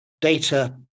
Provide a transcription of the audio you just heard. data